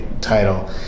title